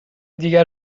دیگر